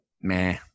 Meh